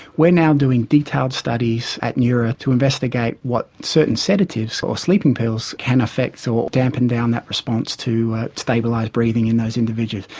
now doing detailed studies at neura to investigate what certain sedatives or sleeping pills can affect so or dampen down that response to stabilise breathing in those individuals.